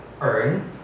earn